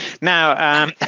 now